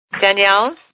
Danielle